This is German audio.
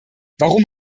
warum